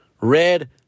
red